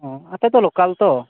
ᱚᱸ ᱟᱯᱮᱫᱚ ᱞᱚᱠᱟᱞ ᱛᱚ